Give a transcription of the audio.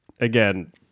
again